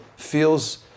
feels